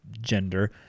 gender